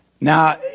Now